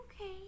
Okay